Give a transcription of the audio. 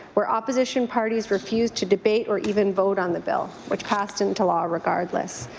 where opposition parties refused to debate or even vote on the bill, which passed into law regardless.